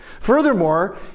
Furthermore